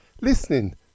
listening